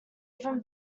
even